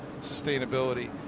sustainability